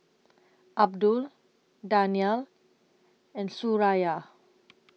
Abdul Danial and Suraya